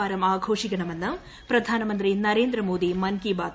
വാരം ആഘോഷിക്കണമെന്ന് പ്രധാനമന്ത്രി നരേന്ദ്രമോദി മൻ കീ ബാത്തിൽ